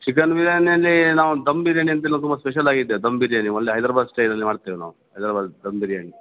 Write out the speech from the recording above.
chicken ಬಿರ್ಯಾನಿಯಲ್ಲಿ ನಾವು ದಮ್ ಬಿರ್ಯಾನಿ ಅಂತೇಳ್ ತುಂಬ ಸ್ಪೆಷಲಾಗಿದೆ ದಮ್ ಬಿರ್ಯಾನಿ ಒಳ್ಳೆ ಹೈದರಾಬಾದ್ ಸ್ಟೈಲಲ್ಲಿ ಮಾಡ್ತೇವೆ ನಾವು ಹೈದರಾಬಾದ್ ದಮ್ ಬಿರ್ಯಾನಿ